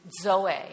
Zoe